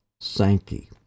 Sankey